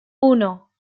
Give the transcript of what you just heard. uno